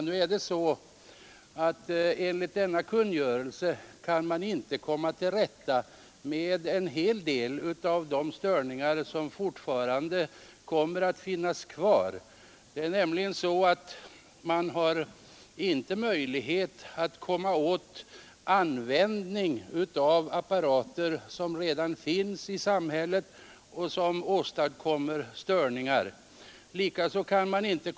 Nu är det emellertid så att enligt denna kungörelse kan man inte komma till rätta med alla störningar. Man har inte möjlighet att komma åt användning av apparater som redan finns i samhället och som åstadkommer störningar.